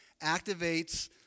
activates